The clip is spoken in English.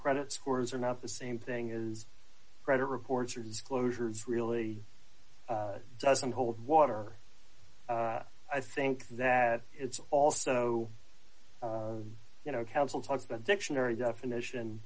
credit scores are not the same thing is credit reports or disclosures really doesn't hold water i think that it's also you know counsel talks about dictionary definition